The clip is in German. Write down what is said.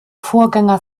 vorgänger